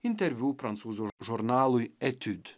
interviu prancūzų žurnalui etudes